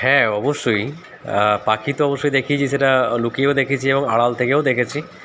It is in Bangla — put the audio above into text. হ্যাঁ অবশ্যই পাখি তো অবশ্যই দেখেছি সেটা লুকিয়েও দেখেছি এবং আড়াল থেকেও দেখেছি